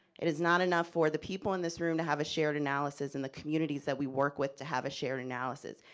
it is not enough for the people in this room to have a shared analysis and the communities that we work with to have a shared analysis.